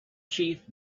chief